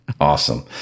Awesome